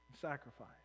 sacrifice